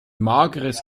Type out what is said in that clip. mageres